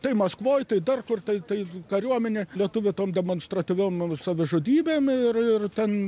tai maskvoje tai dar kur tai tai kariuomenėj lietuviai tom demonstratyviom savižudybėm ir ir ten